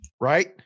right